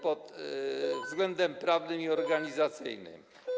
pod względem prawnym i organizacyjnym.